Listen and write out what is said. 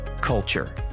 culture